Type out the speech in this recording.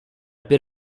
bit